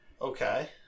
Okay